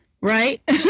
right